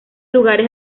lugares